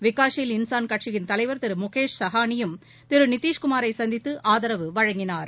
விகாஷீல் இன்சான் கட்சியின் தலைவர் திரு முகேஷ் சஹானியும் திரு நிதீஷ்குமாரை சந்தித்து ஆதரவு வழங்கினார்